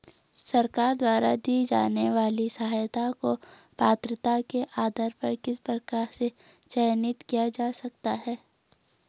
सरकार द्वारा दी जाने वाली सहायता को पात्रता के आधार पर किस प्रकार से चयनित किया जा सकता है?